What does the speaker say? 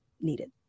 needed